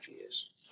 years